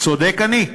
צודק אני?